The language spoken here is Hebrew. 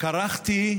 אולי פעם נצצתי,